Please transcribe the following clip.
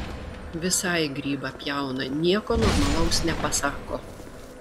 visai grybą pjauna nieko normalaus nepasako